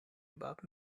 about